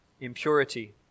impurity